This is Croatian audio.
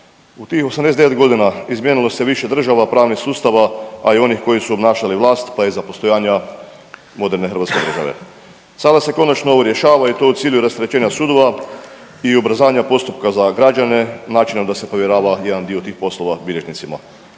U tih 89.g. izmijenilo se više država, pravnih sustava, a i onih koji su obnašali vlast, pa i za postojanja moderne hrvatske države. Sada se konačno ovo rješava i to u cilju raterećenja sudova i ubrzanja postupka za građane i načina da se povjerava jedan dio tih poslova bilježnicima.